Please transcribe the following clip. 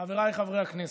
חבריי חברי הכנסת, אבי,